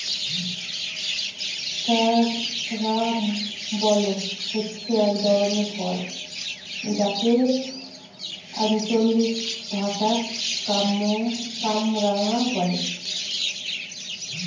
carambola হচ্ছে এক ধরনের ফল যাকে আঞ্চলিক ভাষায় কামরাঙা বলে